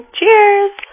Cheers